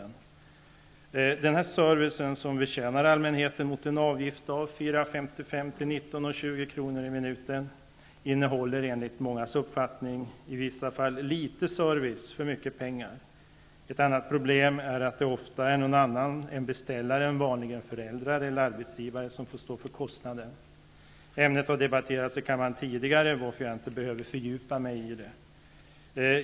Denna s.k. 071-service, som betjänar allmänheten mot en avgift på 4,55--19,20 kr./min, innehåller enligt mångas uppfattning ''litet service för mycket pengar''. Ett annat problem är att det ofta är någon annan än beställaren, vanligen föräldrar eller arbetsgivare, som får stå för kostnaden. Ämnet har debatterats tidigare i kammaren, varför jag inte behöver fördjupa mig i det.